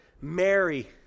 Mary